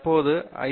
தற்போது ஐ